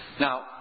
Now